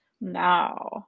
No